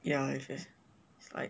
ya I guess is like